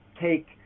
take